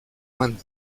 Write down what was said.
mando